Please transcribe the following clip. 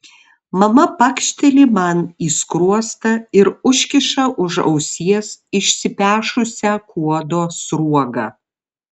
mama pakšteli man į skruostą ir užkiša už ausies išsipešusią kuodo sruogą